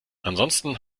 ansonsten